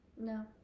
No